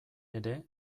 ere